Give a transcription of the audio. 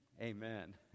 Amen